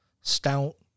stout